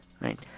right